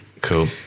Cool